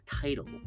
title